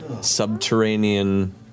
subterranean